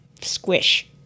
Squish